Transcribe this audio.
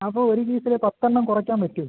അപ്പോൾ ഒരു കേസിൽ പത്തെണ്ണം കുറയ്ക്കാൻ പറ്റോ